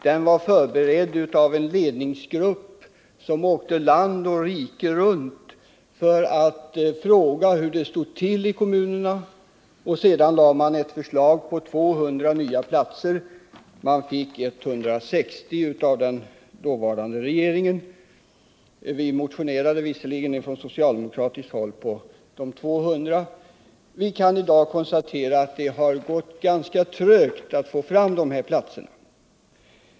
Den var förberedd av en ledningsgrupp som åkte land och rike runt för att fråga hur det stod till i kommunerna. Man lade sedan fram ett förslag om 200 nya platser, och man fick 160 av den dåvarande regeringen — från socialdemokratiskt håll motionerade vi om de 200. I dag kan det konstateras att det har gått ganska trögt att få fram dessa platser.